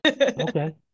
Okay